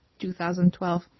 2012